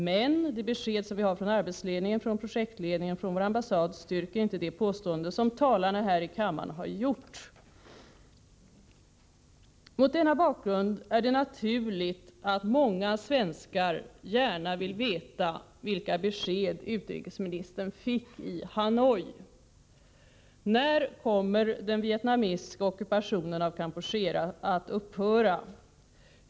Men de besked som vi har fått från arbetsledningen, från projektledningen och från vår ambassad styrker inte de påståenden som talarna här i kammaren har gjort.” Mot denna bakgrund är det naturligt att många svenskar gärna vill veta vilka besked utrikesministern fick i Hanoi. När kommer den vietnamesiska ockupationen av Kampuchea att upphöra?